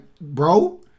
bro